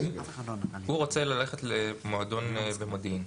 והוא רוצה ללכת למועדון במודיעין.